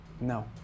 No